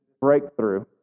breakthrough